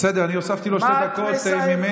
בסדר, אני הוספתי לו שתי דקות ממני.